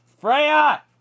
freya